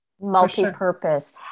Multi-purpose